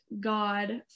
God